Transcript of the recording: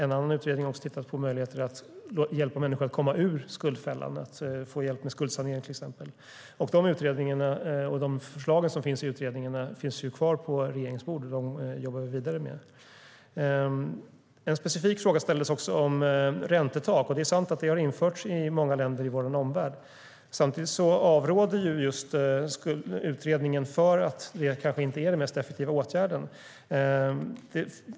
En annan utredning har också tittat på möjligheter att hjälpa människor att komma ur skuldfällan och få hjälp med skuldsanering, till exempel. Utredningarna och de förslag som finns i utredningarna finns kvar på regeringens bord, och vi jobbar vidare med dem. En specifik fråga ställdes också om räntetak. Det är sant att det har införts i många länder i vår omvärld. Samtidigt avråder utredningen eftersom det kanske inte är den mest effektiva åtgärden.